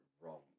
wrong